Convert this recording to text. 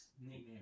nickname